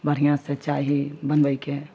बढ़िऑं से चाही बनबैके